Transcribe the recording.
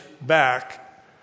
back